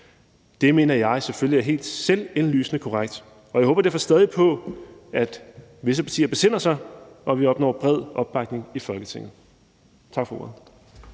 Det mener jeg selvfølgelig er helt selvindlysende korrekt, og jeg håber derfor stadig på, at visse partier besinder sig, og at vi opnår en bred opbakning i Folketinget. Tak for ordet.